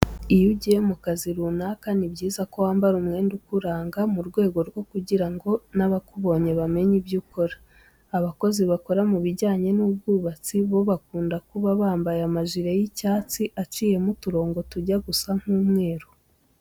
Iyo ugiye mu kazi runaka, ni byiza ko wambara umwenda ukuranga mu rwego rwo kugira ngo n'abakubonye bamenye ibyo ukora. Abakozi bakora mu bijyanye n'ubwubatsi bo bakunda kuba bambaye amajire y'icyatsi aciyemo uturongo tujya gusa nk'umweru.